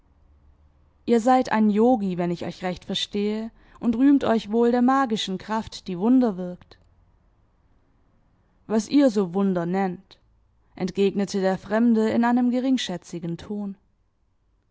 ihr seid ein yogi wenn ich euch recht verstehe und rühmt euch wohl der magischen kraft die wunder wirkt was ihr so wunder nennt entgegnete der fremde in einem geringschätzigen ton